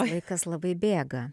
laikas labai bėga